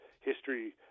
history